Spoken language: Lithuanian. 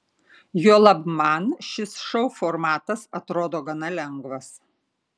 juolab man šis šou formatas atrodo gana lengvas